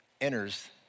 enters